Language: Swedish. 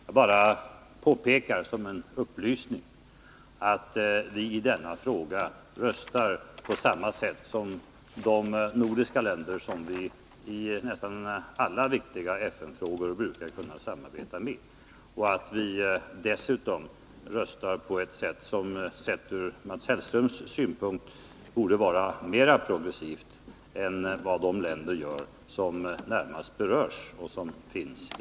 Jag bara påpekar som en upplysning att vi i denna fråga röstar på samma sätt som de nordiska länder som vi i nästan alla viktiga FN-frågor brukar kunna samarbeta med och att vi dessutom röstar på ett sätt som sett ur Mats Hellströms synvinkel borde vara mer progressivt än handlandet i länderna i området.